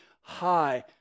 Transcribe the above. high